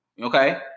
okay